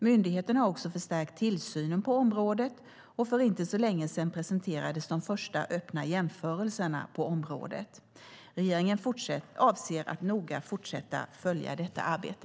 Myndigheten har också förstärkt tillsynen på området, och för inte så länge sedan presenterades de första öppna jämförelserna på området. Regeringen avser att noga fortsätta följa detta arbete.